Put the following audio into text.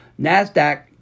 NASDAQ